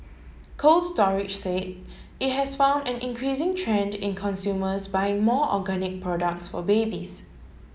Cold Storage said it has found an increasing trend in consumers buying more organic products for babies